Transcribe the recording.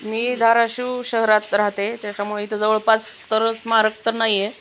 मी धाराशिव शहरात राहते त्याच्यामुळे इथं जवळपास तर स्मारक तर नाही आहे